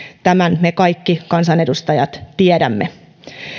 tämän me kaikki kansanedustajat tiedämme